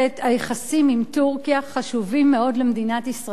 היחסים עם טורקיה חשובים מאוד למדינת ישראל.